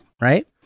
right